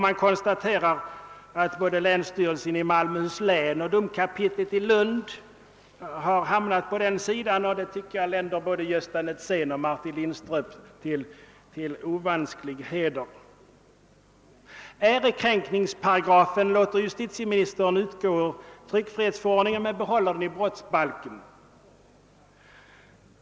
Man konstaterar att både länsstyrelsen i Malmöhus län och domkapitlet i Lund har hamnat på den sidan. Det tycker jag länder både Gösta Netzén och Martin Lindström till ovansklig heder. Ärekränkningsparagrafen låter justitieministern utgå ur tryckfrihetsförordningen med bibehållande i brottsbalken.